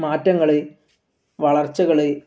മാറ്റങ്ങൾ വളർച്ചകൾ